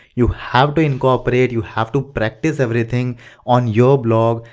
you have to incorporate, you have to practice everything on your blog.